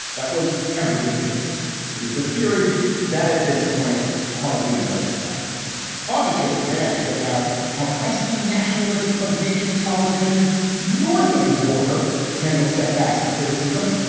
that was ever the case it is a theory that at this point hardly merits testing on the show today. spiel about how feisty nationalist's pugnacious politicians north of the border handle setbacks and criticism.